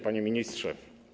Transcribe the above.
Panie Ministrze!